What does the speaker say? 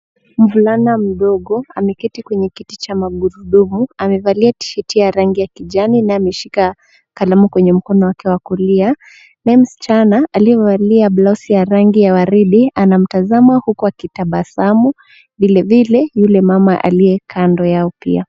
Mvulana mdogo ameketi kwenye kiti cha magurudumu, amevalia tisheti ya rangi ya kijani na ameshika kalamu kwenye mkono wake wa kulia, naye msichana aliyevalia blausi ya rangi ya waridi anamtazama huku akitabasamu, vilevile yule mama aliyekando yao pia.